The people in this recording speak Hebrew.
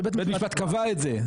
בית משפט קבע את זה,